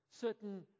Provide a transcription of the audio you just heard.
certain